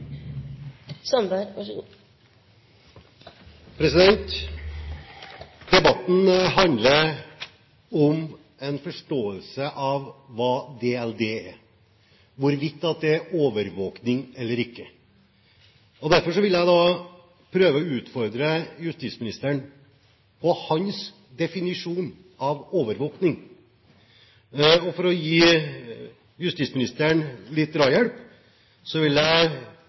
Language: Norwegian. hvorvidt det er overvåkning eller ikke. Derfor vil jeg prøve å utfordre justisministeren på hans definisjon av overvåkning. For å gi justisministeren litt drahjelp vil jeg